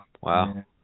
Wow